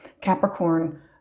Capricorn